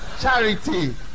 charity